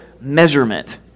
measurement